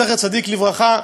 זכר צדיק לברכה.